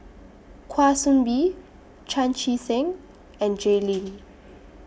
Kwa Soon Bee Chan Chee Seng and Jay Lim